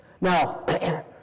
now